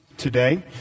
today